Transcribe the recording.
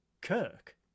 Kirk